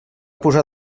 posar